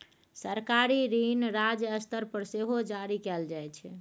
सरकारी ऋण राज्य स्तर पर सेहो जारी कएल जाइ छै